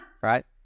right